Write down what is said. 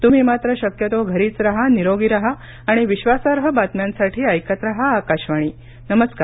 त्म्ही मात्र शक्यतो घरीच राहा निरोगी राहा आणि विश्वासार्ह बातम्यांसाठी ऐकत राहा आकाशवाणी नमस्कार